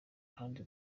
kandi